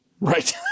Right